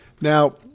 Now